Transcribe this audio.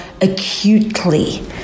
acutely